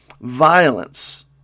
violence